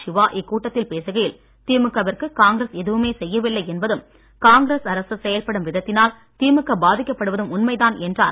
சிவா இக்கூட்டத்தில் பேசுகையில் திமுக விற்கு காங்கிரஸ் எதுவுமே செய்யவில்லை என்பதும் காங்கிரஸ் அரசு செயல்படும் விதத்தினால் திமுக பாதிக்கப்படுவதும் உண்மைதான் என்றார்